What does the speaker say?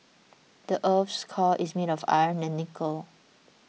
the earth's core is made of iron and nickel